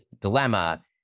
dilemma